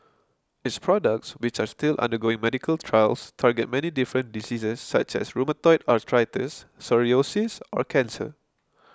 its products which are all still undergoing medical trials target many different diseases such as rheumatoid arthritis psoriasis or cancer